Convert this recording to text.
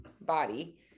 body